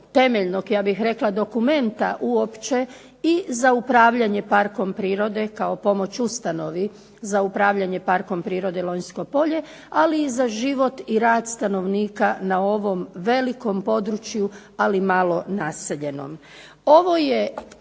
temeljnog ja bih rekla dokumenta uopće i za upravljanjem parkom prirode kao pomoć ustanovi za upravljanje Parkom prirode Lonjsko polje, ali za život i rad stanovnika na ovom velikom području ali malo naseljenom.